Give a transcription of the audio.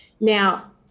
Now